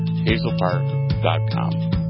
hazelpark.com